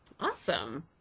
awesome